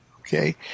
okay